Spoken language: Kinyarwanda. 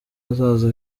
hazaza